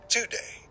Today